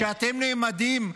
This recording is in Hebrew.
שאתם נעמדים,